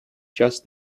just